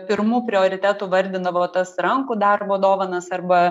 pirmu prioritetu vardindavo tas rankų darbo dovanas arba